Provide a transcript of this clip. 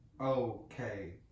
okay